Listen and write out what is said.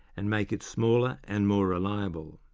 and make it smaller and more reliable.